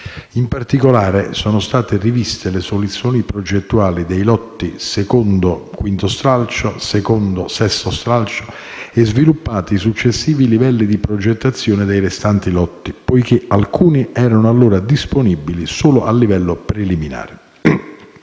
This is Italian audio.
In particolare, sono state riviste le soluzioni progettuali dei lotti II.5 e II.6 e sviluppati i successivi livelli di progettazione dei restanti lotti, poiché alcuni erano allora disponibili solo a livello preliminare.